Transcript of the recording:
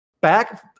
back